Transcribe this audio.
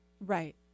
right